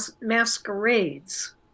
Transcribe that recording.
masquerades